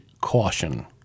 caution